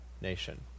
nation